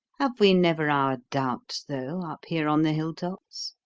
have we never our doubts, though, up here on the hill-tops?